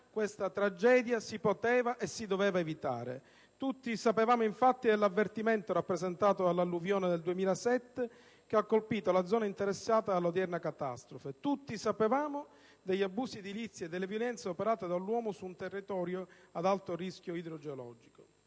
questa tragedia si poteva e si doveva evitare. Tutti sapevamo infatti dell'avvertimento rappresentato dall'alluvione del 2007, che aveva colpito la zona interessata dall'odierna catastrofe. Tutti sapevamo degli abusi edilizi e delle violenze operate dall'uomo su un territorio ad alto rischio idrogeologico.